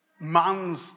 man's